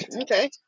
Okay